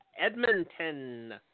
Edmonton